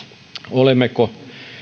olemmeko